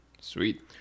Sweet